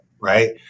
right